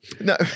No